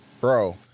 Bro